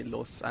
Los